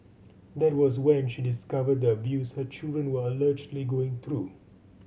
that was when she discovered the abuse her children were allegedly going through